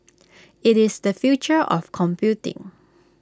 IT is the future of computing